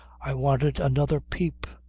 i wanted another peep.